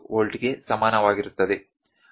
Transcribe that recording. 07V ಗೆ ಸಮಾನವಾಗಿರುತ್ತದೆ